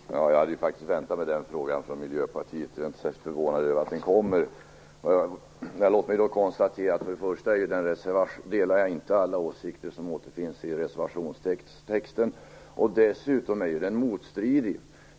Herr talman! Jag hade faktiskt väntat mig den frågan från Miljöpartiet, så jag är inte särskilt förvånad över att den kommer. Låt mig då konstatera att jag inte delar alla åsikter som återfinns i reservationstexten. Dessutom är den motstridig.